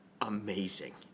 amazing